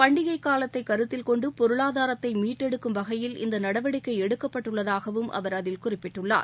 பண்டிகைக் காலத்தை கருத்தில் கொண்டு பொருளாதாரத்தை மீட்டெடுக்கும் வகையில் இந்த நடவடிக்கை எடுக்கப்பட்டுள்ளதாகவும் அவர் அதில் குறிப்பிட்டுள்ளார்